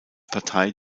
partei